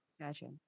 Gotcha